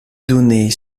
données